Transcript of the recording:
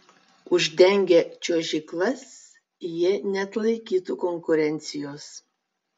uždengę čiuožyklas jie neatlaikytų konkurencijos